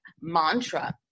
mantra